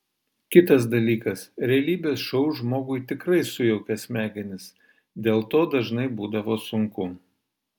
kitas dalykas realybės šou žmogui tikrai sujaukia smegenis dėl to dažnai būdavo sunku